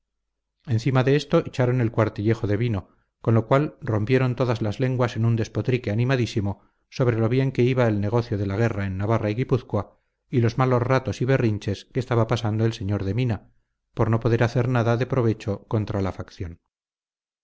encima de esto echaron el cuartillejo de vino con lo cual rompieron todas las lenguas en un despotrique animadísimo sobre lo bien que iba el negocio de la guerra en navarra y guipúzcoa y los malos ratos y berrinches que estaba pasando el sr de mina por no poder hacer nada de provecho contra la facción